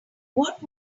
what